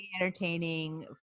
entertaining